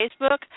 Facebook